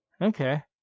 okay